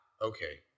okay